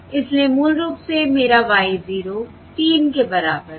इसलिए मूल रूप से मेरा Y 0 3 के बराबर है